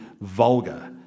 vulgar